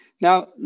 Now